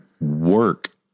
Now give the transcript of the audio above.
work